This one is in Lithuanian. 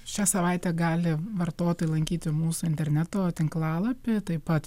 šią savaitę gali vartotojai lankyti mūsų interneto tinklalapy taip pat